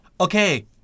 okay